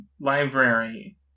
library